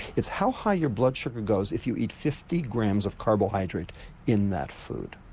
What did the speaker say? it's how high your blood sugar goes if you eat fifty grams of carbohydrate in that food,